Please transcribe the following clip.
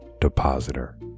Depositor